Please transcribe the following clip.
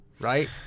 right